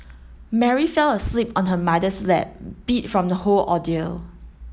Mary fell asleep on her mother's lap beat from the whole ordeal